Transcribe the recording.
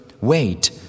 Wait